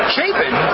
Chapin